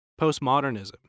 postmodernism